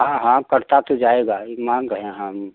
हाँ हाँ कटता तो जाएगा ई मान रहे हम